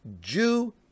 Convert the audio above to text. Jew